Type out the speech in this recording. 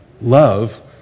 Love